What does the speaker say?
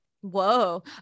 Whoa